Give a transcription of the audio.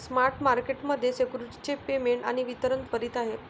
spot market मध्ये securities चे payment आणि वितरण त्वरित आहे